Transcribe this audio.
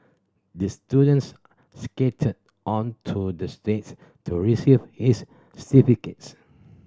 the students skated onto the stages to receive his certificates